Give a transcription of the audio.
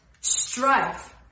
strife